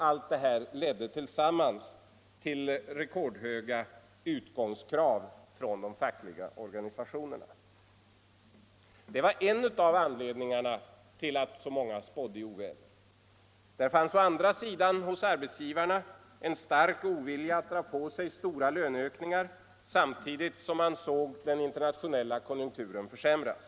Allt detta tillsammans ledde till rekordhöga utgångskrav från de fackliga organisationerna. Det var en av anledningarna till att så många spådde oväder. Där fanns å andra sidan hos arbetsgivarna en stark ovilja att dra på sig stora löneökningar samtidigt som man såg den internationella konjunkturen försämras.